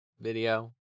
video